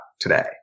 today